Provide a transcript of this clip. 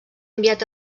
enviat